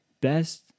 best